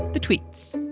the tweets